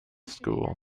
school